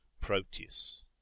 Proteus